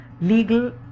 legal